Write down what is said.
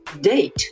date